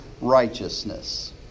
righteousness